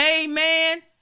Amen